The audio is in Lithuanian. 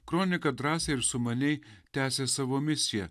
kronika drąsiai ir sumaniai tęsė savo misiją